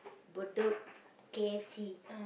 Bedok K_F_C